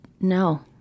no